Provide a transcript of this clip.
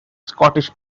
scottish